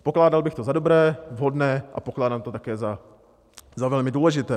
Pokládal bych to za dobré, vhodné a pokládám to také za velmi důležité.